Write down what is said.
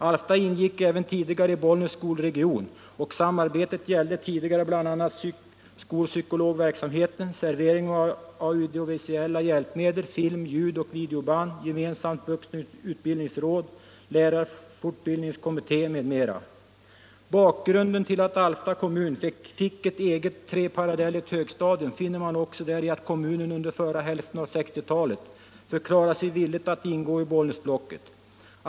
Alfta ingick även tidigare i Bollnäs skolregion, och samarbetet gällde då bl.a. skolpsykologverksamheten, serveringen av audiovisuella hjälpmedel, film, ljudoch videoband, det gemensamma vuxenutbildningsrådet, lärarfortbildningskommittén, m.m. Bakgrunden till att Alfta kommun fick ett eget treparallelligt högstadium finner man också däri att kommunen under förra hälften av 1960-talet förklarade sig villig att ingå i Bollnäsblocket.